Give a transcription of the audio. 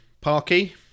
Parky